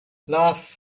laugh